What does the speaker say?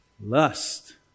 lust